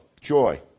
joy